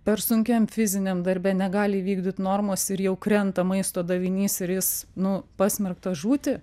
per sunkiam fiziniam darbe negali įvykdyt normos ir jau krenta maisto davinys ir jis nu pasmerktas žūti